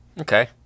Okay